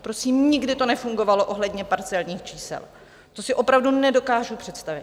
Prosím, nikdy to nefungovalo ohledně parcelních čísel, to si opravdu nedokážu představit.